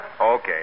Okay